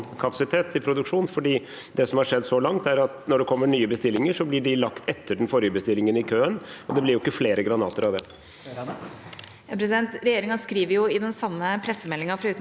kapasitet til produksjon. Det som har skjedd så langt, er at når det kommer nye bestillinger, blir de lagt etter den forrige bestillingen i køen, og det blir jo ikke flere granater av det.